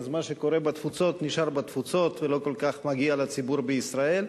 אז מה שקורה בתפוצות נשאר בתפוצות ולא כל כך מגיע לציבור בישראל.